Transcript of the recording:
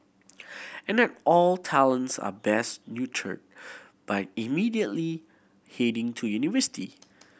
and not all talents are best nurtured by immediately heading to university